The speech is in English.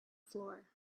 floor